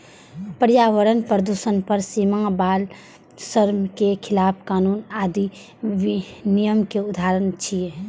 पर्यावरण प्रदूषण पर सीमा, बाल श्रम के खिलाफ कानून आदि विनियम के उदाहरण छियै